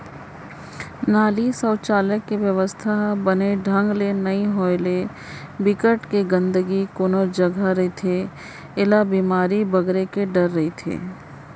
नाली, सउचालक के बेवस्था ह बने ढंग ले नइ होय ले, बिकट के गंदगी कोनो जघा रेहे ले बेमारी बगरे के डर रहिथे